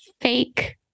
fake